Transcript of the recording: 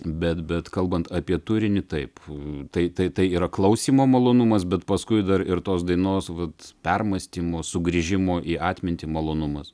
bet bet kalbant apie turinį taip tai tai tai yra klausymo malonumas bet paskui dar ir tos dainos vat permąstymo sugrįžimo į atmintį malonumas